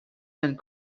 and